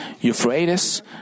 Euphrates